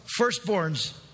Firstborns